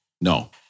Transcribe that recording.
No